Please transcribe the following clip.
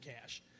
cash